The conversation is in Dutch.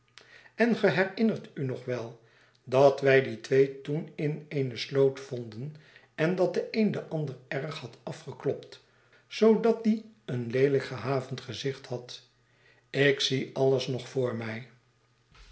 en ge herinnert u ook nog wel dat wij die twee toen in eene sloot vonden en dat de een den ander erg had afgeklopt zoodat die een leelijk gehavend gezicht had ik zie alles nog voor mij